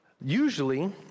usually